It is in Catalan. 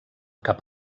cap